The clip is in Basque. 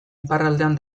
iparraldean